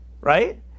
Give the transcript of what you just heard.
right